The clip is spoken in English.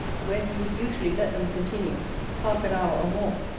where he would usually let them continue half an hour or more,